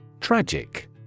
Tragic